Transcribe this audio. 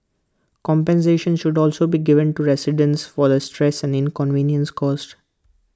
compensation should also be given to residents for the stress and inconvenience caused